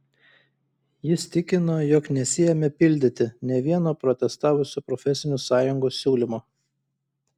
jis tikino jog nesiėmė pildyti nė vieno protestavusių profesinių sąjungų siūlymo